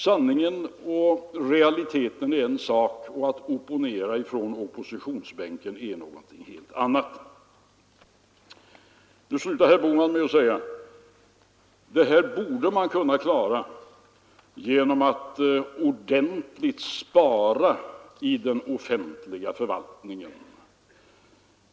Sanningen och realiteterna är alltså en sak, att opponera från oppositionsbänken är något helt annat. Herr Bohman slutade sitt anförande med att säga: Detta borde man kunna klara genom att spara ordentligt i den offentliga förvaltningen.